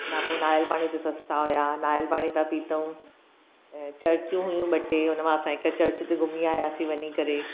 हुन खां पोइ नारियल पाणी हुते सस्ता हुया नारियल पाणी त पीतऊं ऐं चर्चयूं हुयूं ॿ टे हुनमां असां हिकु चर्च ते घुमी आयासीं वञी करे